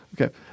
Okay